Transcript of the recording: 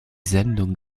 sendung